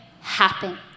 happen